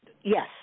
Yes